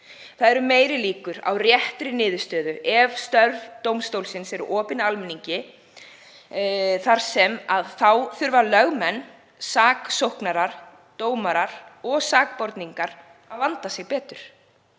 Það eru meiri líkur á réttri niðurstöðu ef störf dómstólsins eru opin almenningi þar sem að þá þurfa lögmenn, saksóknarar, dómarar og sakborningar að vanda sig betur.